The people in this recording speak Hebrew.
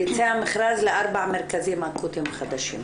יצא המכרז לארבעה המרכזים האקוטיים החדשים.